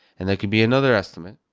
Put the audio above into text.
and there could be another estimate.